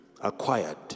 acquired